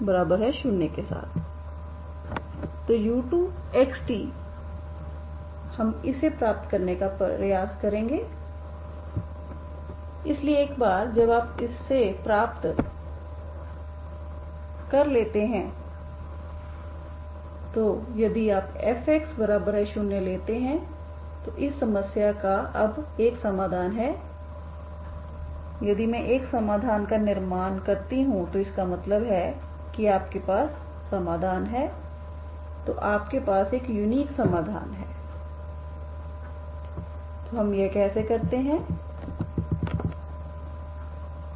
तो u2xt हम इसे प्राप्त करने का प्रयास करेंगे इसलिए एक बार जब आप इसेप्राप्त u2xt कर लेते हैं तो अब यदि आप fx0 लेते हैं तो इस समस्या का अब एक समाधान है यदि मैं एक समाधान का निर्माण करती हूं तो इसका मतलब है कि आपके पास समाधान हैतो आपके पास एक यूनिक समाधान है तो हम यह कैसे करते हैं